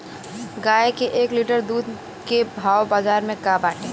गाय के एक लीटर दूध के भाव बाजार में का बाटे?